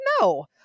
no